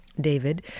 David